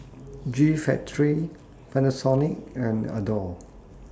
G Factory Panasonic and Adore